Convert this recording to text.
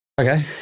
Okay